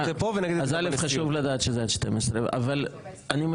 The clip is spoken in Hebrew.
אז א' חשוב לדעת שזה עד 12. אני אומר